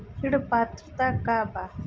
ऋण पात्रता का बा?